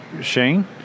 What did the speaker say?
Shane